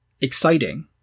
exciting